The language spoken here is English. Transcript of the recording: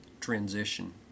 transition